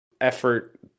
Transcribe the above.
effort